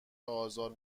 آزار